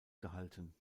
gehalten